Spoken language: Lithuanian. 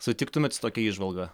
sutiktumėt su tokia įžvalga